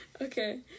Okay